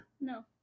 No